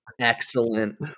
excellent